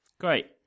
Great